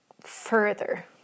further